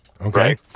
Okay